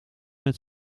met